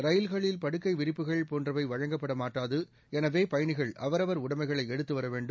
ரயில்களில் படுக்கை விரிப்புகள் போன்றவை வழங்கப்பட மாட்டாது எனவே பயணிகள் அவரவர் உடமைகளை எடுத்து வரவேண்டும்